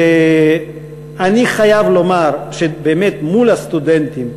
אני חייב לומר שמול הסטודנטים,